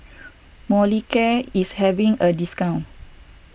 Molicare is having a discount